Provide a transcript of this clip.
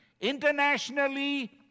internationally